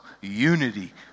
Unity